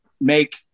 make